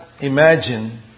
imagine